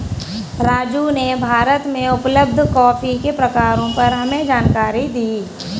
राजू ने भारत में उपलब्ध कॉफी के प्रकारों पर हमें जानकारी दी